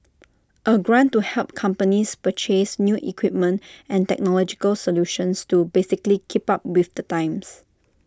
A grant to help companies purchase new equipment and technological solutions to basically keep up with the times